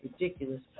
ridiculous